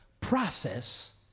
process